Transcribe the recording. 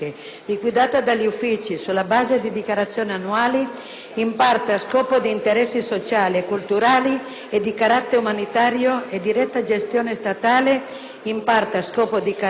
in parte a scopi di interesse sociale e culturale e di carattere umanitario a diretta gestione statale e, in parte, a scopo di carattere religioso a diretta gestione della Chiesa cattolica.